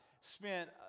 spent